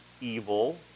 evil